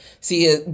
see